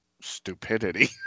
stupidity